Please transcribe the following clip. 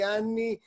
anni